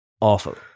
Awful